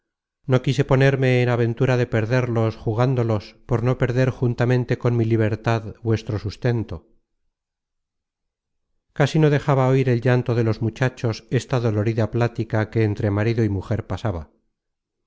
no quise ponerme en aventura de perderlos jugándolos por no perder juntamente con mi libertad vuestro sustento casi no dejaba oir el llanto de los muchachos esta dolorida plática que entre marido y mujer pasaba